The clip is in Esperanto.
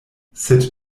sed